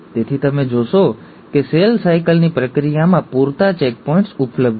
તેથી તમે જોશો કે સેલ સાયકલની પ્રક્રિયામાં પૂરતા ચેકપોઇન્ટ્સ ઉપલબ્ધ છે